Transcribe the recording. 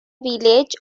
village